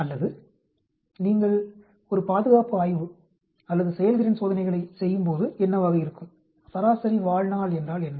அல்லது நீங்கள் ஒரு பாதுகாப்பு ஆய்வு அல்லது செயல்திறன் சோதனைகளைச் செய்யும்போது என்னவாக இருக்கும் சராசரி வாழ்நாள் என்றால் என்ன